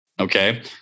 Okay